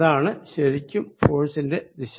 അതാണ് ശരിക്കും ഫോഴ്സിന്റെ ദിശ